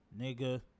Nigga